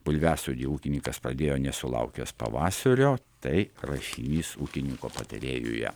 bulviasodį ūkininkas padėjo nesulaukęs pavasario tai rašinys ūkininko patarėjuje